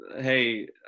Hey